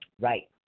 Right